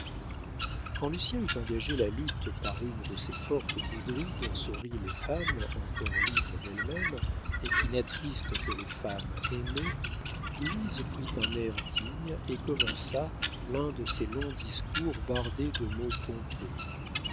quand lucien eut engagé la lutte par une de ces fortes bouderies dont se rient les femmes encore libres d'elles-mêmes et qui n'attristent que les femmes aimées louise prit un air digne et commença l'un de ses longs discours bardés de mots pompeux